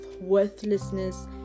worthlessness